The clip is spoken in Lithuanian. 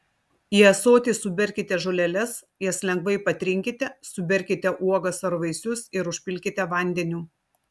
į ąsotį suberkite žoleles jas lengvai patrinkite suberkite uogas ar vaisius ir užpilkite vandeniu